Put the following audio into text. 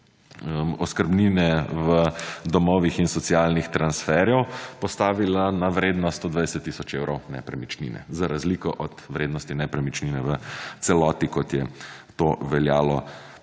oskrbnine v domovih in socialnih transferov postavila na vrednost 120 tisoč evrov nepremičnine za razliko od vrednosti nepremičnine v celoti **25. TRAK: